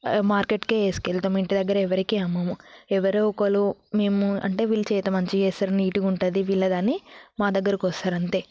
మార్కెట్కి వేసుకొని వెళతాము ఇంటి దగ్గర ఎవరికీ అమ్మము ఎవరో ఒకరు మేము అంటే వీళ్ళు చేత మంచిగా చేస్తారు నీట్గా ఉంటుంది వీళ్ళది అని మా దగ్గరకి వస్తారు అంతే